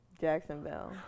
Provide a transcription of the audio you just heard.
Jacksonville